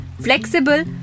flexible